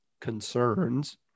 concerns